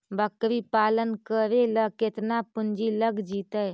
बकरी पालन करे ल केतना पुंजी लग जितै?